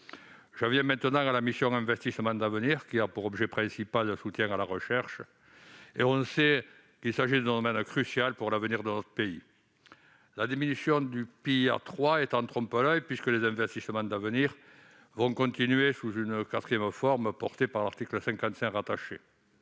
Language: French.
J'en viens maintenant à la mission « Investissements d'avenir », qui a pour objet principal le soutien à la recherche, domaine crucial pour l'avenir de notre pays. La diminution du PIA 3 est en trompe-l'oeil puisque les investissements d'avenir vont continuer sous une quatrième forme, portée par l'article 55 rattaché.